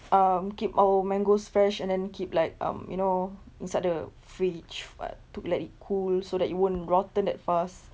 um keep our mangoes fresh and then keep like um you know inside the fridge what to let it cool so that it won't rotten that fast